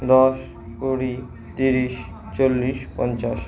দশ কুড়ি তিরিশ চল্লিশ পঞ্চাশ